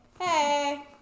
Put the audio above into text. Hey